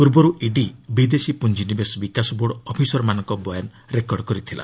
ପୂର୍ବରୁ ଇଡି ବିଦେଶୀ ପୁଞ୍ଜିନିବେଶ ବିକାଶ ବୋର୍ଡ଼ ଅଫିସରମାନଙ୍କ ବୟାନ ରେକର୍ଡ଼ କରିଥିଲା